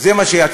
זה מה שיצא: